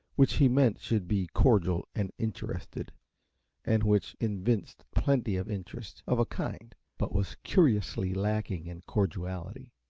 which he meant should be cordial and interested and which evinced plenty of interest, of a kind, but was curiously lacking in cordiality.